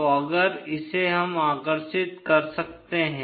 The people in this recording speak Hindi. तो अगर इसे हम आकर्षित कर सकते हैं